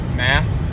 math